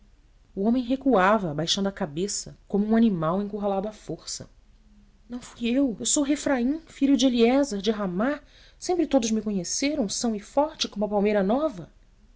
o homem recuava baixando a cabeça como um animal encurralado à força não fui eu eu sou refraim falho de eliézer de ramá sempre todos me conheceram são e forte como a palmeira nova